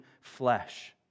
flesh